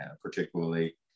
particularly